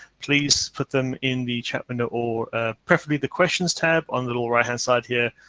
please put them in the chat window or ah preferably the questions tab on the lower right hand side here.